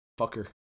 fucker